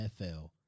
NFL